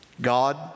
God